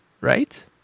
right